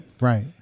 Right